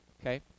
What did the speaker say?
Okay